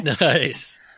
Nice